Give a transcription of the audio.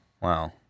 Wow